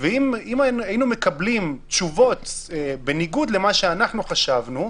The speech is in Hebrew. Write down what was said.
ואם היינו מקבלים תשובות בניגוד למה שאנחנו חשבנו,